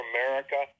America